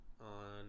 On